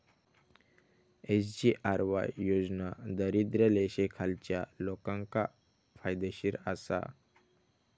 SGRY योजना दारिद्र्य रेषेखालच्या लोकांका फायदेशीर आसा